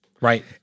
Right